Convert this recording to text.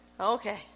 Okay